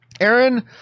Aaron